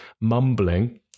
mumbling